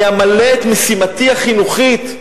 אני אמלא את משימתי החינוכית.